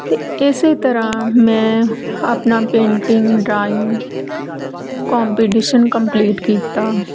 ਅਤੇ ਇਸ ਤਰ੍ਹਾਂ ਮੈਂ ਆਪਣਾ ਪੇਂਟਿੰਗ ਡਰਾਇੰਗ ਕੋਂਪਟੀਸ਼ਨ ਕੰਪਲੀਟ ਕੀਤਾ